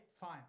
Fine